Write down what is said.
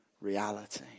reality